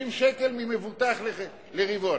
50 שקל ממבוטח לרבעון.